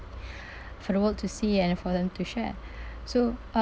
for the world to see and for them to share so